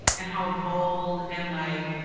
and how bold and like,